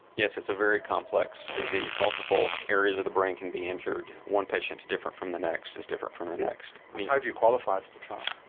yes, it's a very complex disease, multiple areas of the brain can be injured, one patient is different from the next, is different from the next. how do you qualify for the trial?